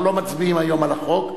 אנחנו לא מצביעים היום על החוק.